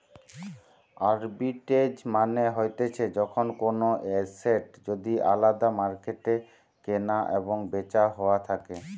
arbitrage মানে হতিছে যখন কোনো এসেট যদি আলদা মার্কেটে কেনা এবং বেচা হইয়া থাকে